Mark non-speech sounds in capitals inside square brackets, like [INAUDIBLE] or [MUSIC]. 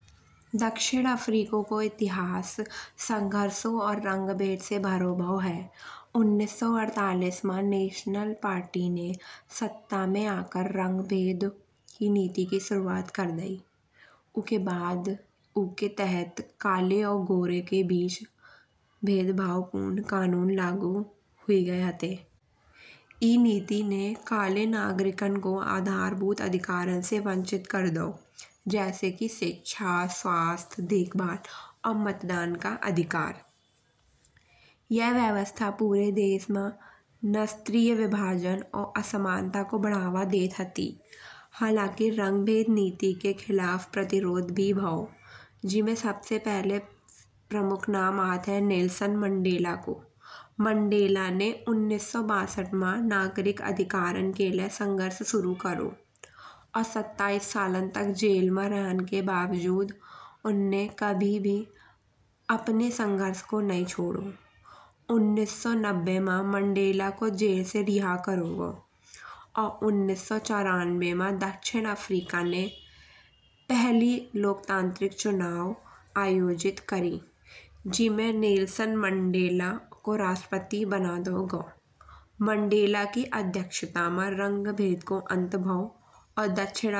दक्षिण अफ्रीका को इतिहास संघर्षो और [UNINTELLIGIBLE] से भरो भाओ है। उन्नीस सौ अड़तालीस मा नेशनल पार्टी ने सत्ता में आकर रंगभेद की नीति की शुरुआत कर दई। उके बाद उके तहत काले और गोरे के बीच भेदभावपूर्ण कानून लागू हुए गए हते। ई नीति ने काले नागरिकन को आधारभूत अधिकारन से वंचित कर दओ। जैसे कि शिक्षा स्वास्थ्य देखभाल और मतदान का अधिकार। यह व्यवस्था पूरे देश मा [UNINTELLIGIBLE] विभाजन और असमानता को बढ़ावा देत हती। हालांकि की रंगभेद नीति के खिलाफ प्रतिरोध भी भाओ जिमे सबसे पहले प्रमुख नाम आत है नेल्सन मंडेला को। मंडेला ने उन्नीस सौ बासठ मा नागरिक अधिकारन के ले संघर्ष शुरू करो। और सत्ताइस सालन तक जेल मा रहन के बावजूद उने कभी नही अपने संघर्ष को नई छोड़ो। उन्नीस सौ नब्बे मा मंडेला को जेल से रिहा करो गओ। और उन्नीस सौ चौरानवे मा दक्षिण अफ्रीका ने पहली लोकतांत्रिक चुनाव आयोजित करी। जिमे नेल्सन मंडेला को राष्ट्रपति बना दओ गओ। मंडल की अध्यक्षता मा रंग भेद को अंत भाओ। और दक्षिण अफ्रीका एक नया लोकतांत्रिक राष्ट्र बन गओ।